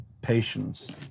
patience